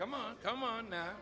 come on come on now